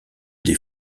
des